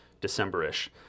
December-ish